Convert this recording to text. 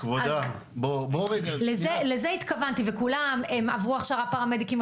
אז לזה התכוונתי וכולם עברו הכשרה פרמדיקים,